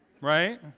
right